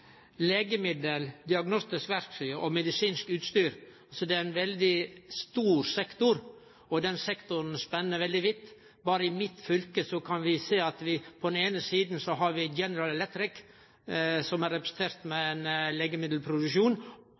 Legemiddel, diagnostisk verktøy og medisinsk utstyr utgjer ein veldig stor sektor. Den sektoren spenner veldig vidt. Berre i mitt fylke kan vi sjå at vi på den eine sida har General Electric, som er representert med ein legemiddelproduksjon,